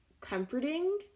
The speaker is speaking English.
comforting